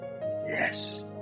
Yes